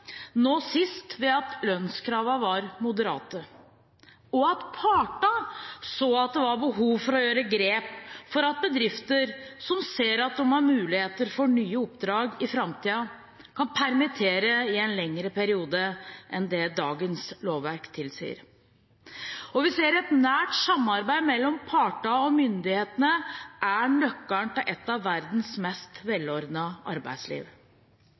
nå sist ved at lønnskravene var moderate, og at partene så at det var behov for å gjøre grep for at bedrifter som ser at de har muligheter for nye oppdrag i framtiden, kan permittere i en lengre periode enn det dagens lovverk tilsier. Og vi ser at nært samarbeid mellom partene og myndighetene er nøkkelen til et av verdens mest velordnede arbeidsliv.